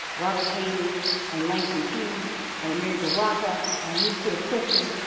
robert hayden and langston hughes and amiri baraka and lucille clifton,